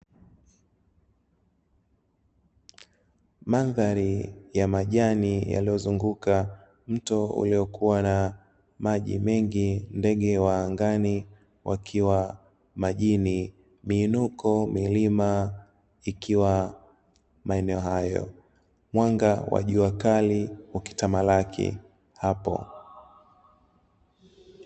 Mandhari ya majani yaliyozunguka mto uliokuwa na maji mengi, ndege wa angani wakiwa majini, miinuko milima ikiwa maeneo hayo, mwanga wa jua kali ukitamalaki hapo.